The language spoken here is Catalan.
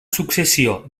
successió